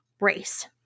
Race